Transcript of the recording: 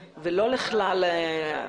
עדיין,